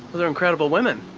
incredible women.